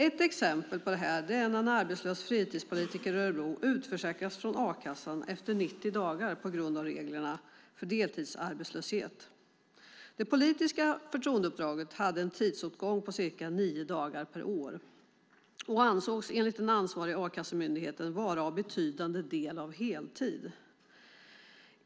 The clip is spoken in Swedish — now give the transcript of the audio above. Ett exempel på detta är en arbetslös fritidspolitiker i Örebro som utförsäkrades från a-kassan efter 90 dagar på grund av reglerna för deltidsarbetslöshet. Det politiska förtroendeuppdraget hade en tidsåtgång på ca nio dagar per år och ansågs enligt den ansvariga a-kassemyndigheten vara betydande del av heltid.